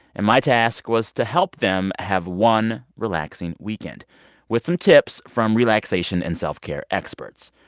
and my task was to help them have one relaxing weekend with some tips from relaxation and self-care experts.